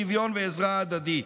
שוויון ועזרה הדדית.